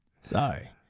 Sorry